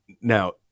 Now